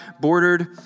bordered